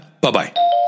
bye-bye